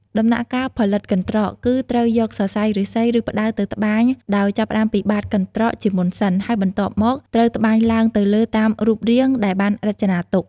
ដំណាក់កាលផលិតកន្ត្រក គឺត្រូវយកសរសៃឫស្សី ឬផ្តៅទៅត្បាញដោយចាប់ផ្តើមពីបាតកន្ត្រកជាមុនសិន ហើយបន្ទាប់មក ត្រូវត្បាញឡើងទៅលើតាមរូបរាងដែលបានរចនាទុក។